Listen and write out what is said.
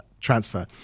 transfer